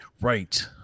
Right